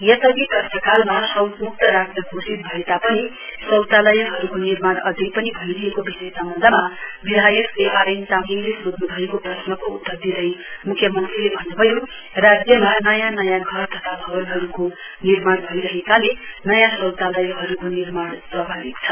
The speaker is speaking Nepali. यसअधि प्रश्नकालमा शौचम्क्त राज्य घोषित भए तापनि शौचालयहरूले निर्माण अझै पनि भइरहेको विषय सम्वन्धमा विधायक आर एन चामलिङले सोध्नुभएको प्रश्नको उतर दिँदै म्ख्यमन्त्रीले भन्न्भयो राज्यमा नयाँ नयाँ घर तथा भवनहरूको निर्माण भइरहेकाले नयाँ शौचालयहरूको निर्माण स्वाभाविक छ